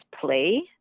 play